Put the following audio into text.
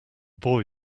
boy